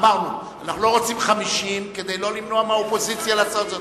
אמרנו: אנחנו לא רוצים 50 כדי שלא למנוע מהאופוזיציה לעשות זאת.